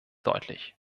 deutlich